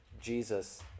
Jesus